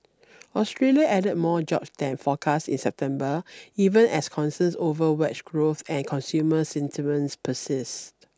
Australia added more jobs than forecast in September even as concerns over wage growth and consumer sentiments persist